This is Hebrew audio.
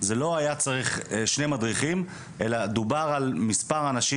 זה לא היה צריך שני מדריכים אלא דובר על מספר אנשים